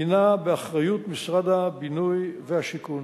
הינו באחריות משרד הבינוי והשיכון.